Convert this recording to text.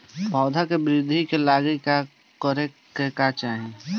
पौधों की वृद्धि के लागी का करे के चाहीं?